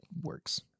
works